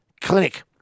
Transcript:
Clinic